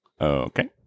Okay